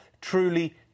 truly